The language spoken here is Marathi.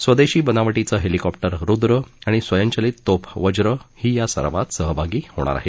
स्वदेशी बनावटीचे हेलीकॉप्टर रुद्र आणि स्वयंचलित तोफ वज्र ही या सरावात सहभागी होणार आहे